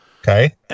Okay